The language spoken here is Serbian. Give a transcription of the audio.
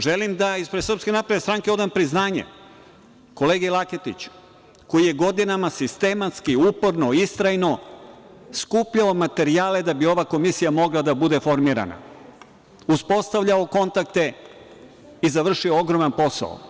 Želim da ispred SNS odam priznanje kolegi Laketiću koji je godinama sistematski, uporno, istrajno skupljao materijale da bi ova komisija mogla da bude formirana, uspostavljao kontakte i završio ogroman posao.